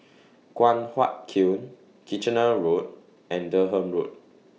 Guan Huat Kiln Kitchener Road and Durham Road